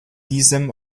diesem